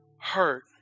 hurt